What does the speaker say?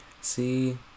See